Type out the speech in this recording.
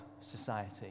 society